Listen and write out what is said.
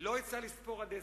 לא יצטרך לספור עד עשר,